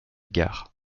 gare